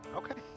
okay